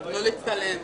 לצלם.